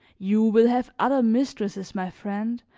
you will have other mistresses, my friend,